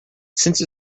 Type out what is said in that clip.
since